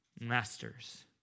masters